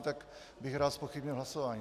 Tak bych rád zpochybnil hlasování.